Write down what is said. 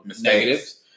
negatives